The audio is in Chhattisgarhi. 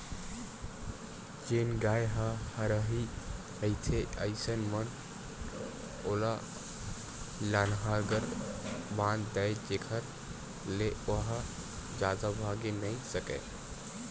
जेन गाय ह हरही रहिथे अइसन म ओला लांहगर बांध दय जेखर ले ओहा जादा भागे नइ सकय